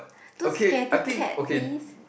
don't scaredy cat please